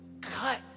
cut